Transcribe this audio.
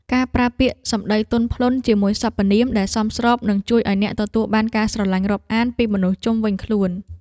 ការប្រើសម្តីទន់ភ្លន់ជាមួយសព្វនាមដែលសមស្របនឹងជួយឱ្យអ្នកទទួលបានការស្រឡាញ់រាប់អានពីមនុស្សជុំវិញខ្លួន។